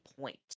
point